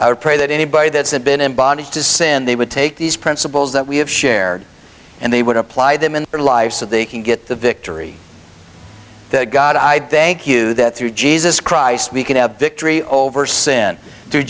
would pray that anybody that's been in bondage to sin they would take these principles that we have shared and they would apply them in their life so they can get the victory god i'd thank you that through jesus christ we can have victory over sin through